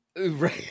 Right